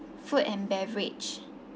food and beverage